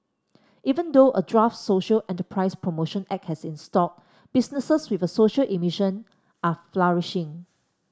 even though a draft social enterprise promotion act has stalled businesses with a social emission are flourishing